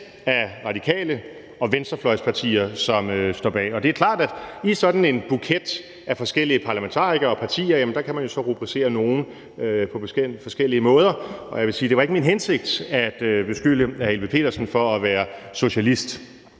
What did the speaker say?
af radikale og venstrefløjspartier, som står bag, og det er klart, at i sådan en buket af forskellige parlamentarikere og partier kan man så rubricere nogle på forskellige måder, og jeg vil sige, at det ikke var min hensigt at beskylde hr. Niels Helveg Petersen for at være socialist.